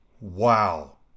Wow